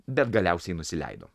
bet galiausiai nusileido